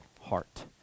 heart